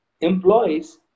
employees